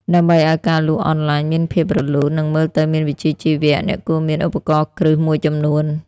ដើម្បីឱ្យការលក់អនឡាញមានភាពរលូន និងមើលទៅមានវិជ្ជាជីវៈ អ្នកគួរមានឧបករណ៍គ្រឹះមួយចំនួន។